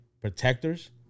protectors